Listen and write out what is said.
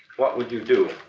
what would you do?